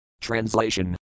Translation